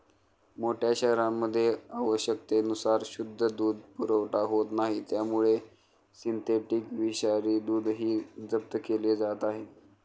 मोठ्या शहरांमध्ये आवश्यकतेनुसार शुद्ध दूध पुरवठा होत नाही त्यामुळे सिंथेटिक विषारी दूधही जप्त केले जात आहे